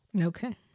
Okay